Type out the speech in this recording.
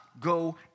go